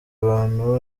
abantu